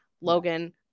Logan